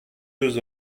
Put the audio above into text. deux